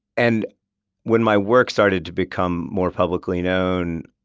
and when my work started to become more publicly known,